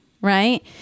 right